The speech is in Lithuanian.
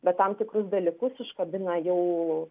bet tam tikrus dalykus užkabina jau